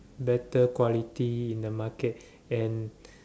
better quality in the market and